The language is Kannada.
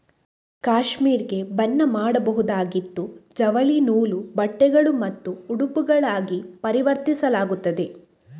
ಕ್ಯಾಶ್ಮೀರ್ ಗೆ ಬಣ್ಣ ಮಾಡಬಹುದಾಗಿದ್ದು ಜವಳಿ ನೂಲು, ಬಟ್ಟೆಗಳು ಮತ್ತು ಉಡುಪುಗಳಾಗಿ ಪರಿವರ್ತಿಸಲಾಗುತ್ತದೆ